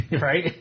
Right